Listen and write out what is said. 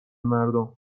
مردم